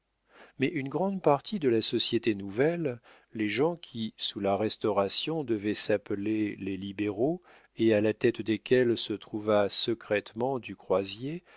mais une grande partie de la société nouvelle les gens qui sous la restauration devaient s'appeler les libéraux et à la tête desquels se trouva secrètement du croisier